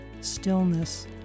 stillness